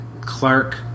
Clark